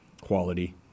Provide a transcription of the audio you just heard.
quality